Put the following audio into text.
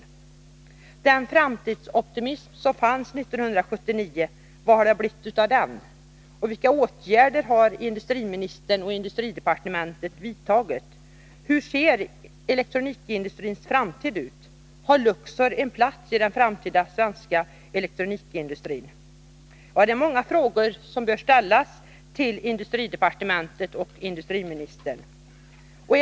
Vad har blivit av den framtidsoptimism som fanns 1979? Vilka åtgärder har industriministern och industridepartementet vidtagit? Hur ser elektronikindustrins framtid ut? Har Luxor en plats i den framtida svenska elektronikindustrin? Ja, det är många frågor som bör riktas till industridepartementet och industriministern!